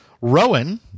Rowan